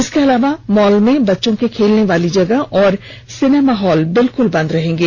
इसके अलावा मॉल में बच्चों के खेलने वाले जगह और सिनेमाहॉल बिलकुल बंद रहेंगें